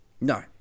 No